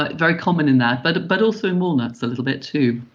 but very common in that, but but also in walnuts a little bit too.